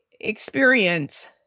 experience